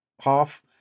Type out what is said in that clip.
half